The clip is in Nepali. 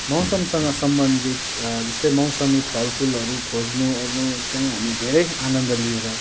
मौसमसँग सम्बन्धित जस्तै मौसमी फलफुलहरू खोज्नु ओर्नु चाहिँ हामी धेरै आनन्द लिएर